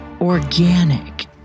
organic